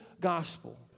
gospel